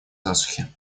засухи